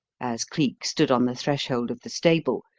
as cleek stood on the threshold of the stable,